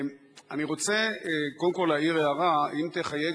אני רוצה קודם כול להעיר הערה: אם תחייג